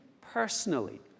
personally